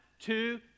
two